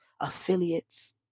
affiliates